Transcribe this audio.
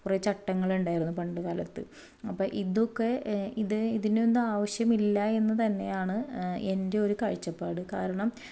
കുറെ ചട്ടങ്ങൾ ഉണ്ടായിരുന്നു പണ്ട് കാലത്ത് അപ്പം ഇതൊക്കെ ഇത് ഇതിൻ്റെ ഒന്നും ആവശ്യമില്ല എന്ന് തന്നെയാണ് എൻ്റെ ഒരു കാഴ്ചപ്പാട് കാരണം